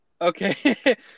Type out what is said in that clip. Okay